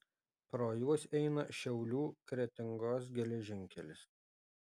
pro juos eina šiaulių kretingos geležinkelis